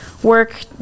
Work